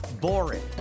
boring